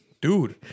Dude